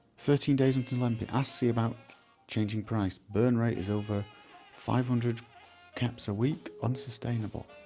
thirteen days until empty ask c about changing price burn rate is over five hundred caps a week, unsustainable